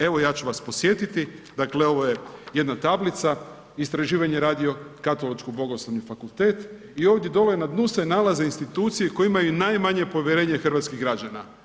Evo ja ću vas podsjetiti, dakle ovo je jedna tablica istraživanje Radio Katoličko-bogoslovni fakultet i ovdje dole na dnu se nalaze institucije koje imaju najmanje povjerenje hrvatskih građana.